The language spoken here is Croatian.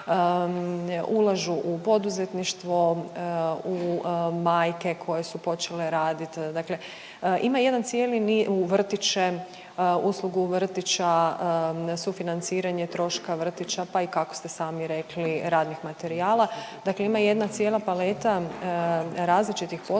ulažu u poduzetništvo, u majke koje su počele raditi. Dakle, ima jedan cijeli ni… u vrtiće, uslugu vrtića, sufinanciranje troška vrtića, pa i kako ste sami rekli radnih materijala. Dakle, ima jedna cijela paleta različitih potpora